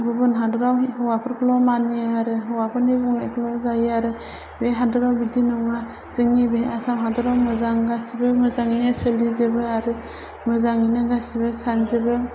गुबुन हादोराव हौवाफोरखौल' मानियो आरो हौवाफोरनि बुंनायफ्राल' जायो आरो बे हादराव बिदि नङा जोंनि बे आसाम हादोराव मोजां गासैबो मोजाङैनो सोलिजोबो आरो मोजाङैनो गासिबो सानजोबो